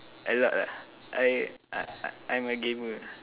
a lot ah I uh uh I am a gamer